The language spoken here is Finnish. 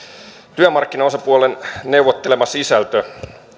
työmarkkinaosapuolten neuvottelema sisältö